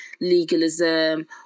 legalism